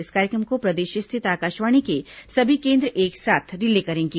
इस कार्यक्रम को प्रदेश स्थित आकाशवाणी के सभी केन्द्र एक साथ रिले करेंगे